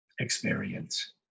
experience